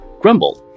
Grumble